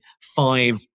five